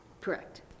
Correct